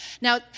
Now